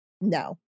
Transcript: No